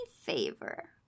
favor